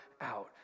out